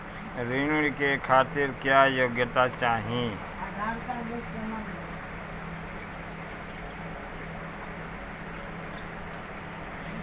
ऋण के खातिर क्या योग्यता चाहीं?